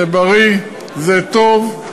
זה בריא, זה טוב.